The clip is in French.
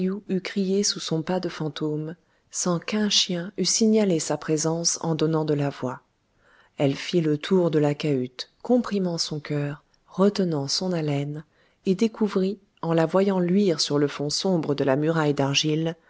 crié sous son pas de fantôme sans qu'un chien eût signalé sa présence en donnant de la voix elle fit le tour de la cahute comprimant son cœur retenant son haleine et découvrit en la voyant luire sur le fond sombre de la muraille